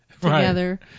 Together